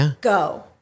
go